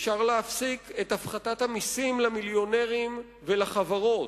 אפשר להפחית את הפחתת המסים למיליונרים ולחברות,